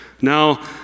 Now